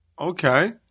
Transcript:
Okay